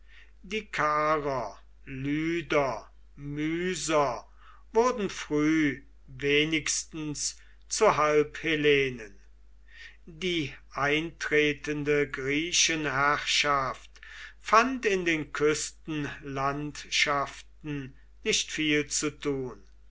die karer lyder myser wurden früh wenigstens zu halbhellenen die eintretende griechenherrschaft fand in den küstenlandschaften nicht viel zu tun